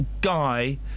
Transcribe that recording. guy